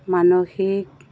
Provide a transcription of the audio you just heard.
মানসিক